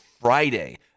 friday